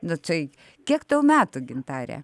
nu tai kiek tau metų gintare